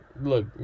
look